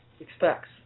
expects